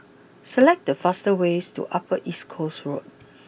select the fastest way to Upper East Coast Road